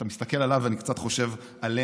אתה מסתכל עליו ואני קצת חושב עלינו,